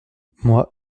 moi